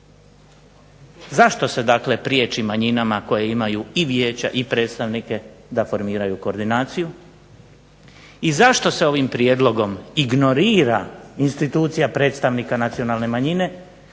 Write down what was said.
zapravo prijeći manjinama koje imaju i vijeća i predstavnike da formiraju koordinaciju, i zašto se ovim prijedlogom ignorira institucija predstavnika nacionalne manjine